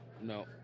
No